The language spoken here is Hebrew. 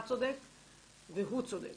אמרתי לו, אתה צודק והוא צודק,